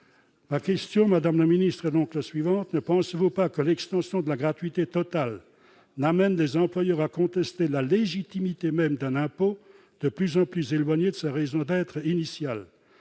Ma question, madame la secrétaire d'État, est donc la suivante : ne pensez-vous pas que l'extension de la gratuité totale risque d'amener les employeurs à contester la légitimité même d'un impôt de plus en plus éloigné de sa raison d'être initiale ?